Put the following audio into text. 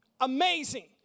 amazing